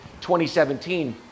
2017